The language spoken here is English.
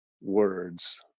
words